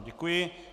Děkuji.